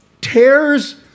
tears